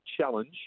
challenge